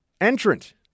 Entrant